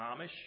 Amish